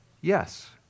Yes